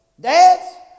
Dads